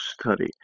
study